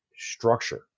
Structure